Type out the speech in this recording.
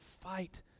fight